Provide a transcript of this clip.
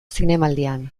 zinemaldian